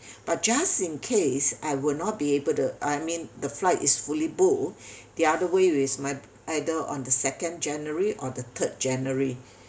but just in case I will not be able to uh I mean the flight is fully booked the other way is my either on the second january or the third january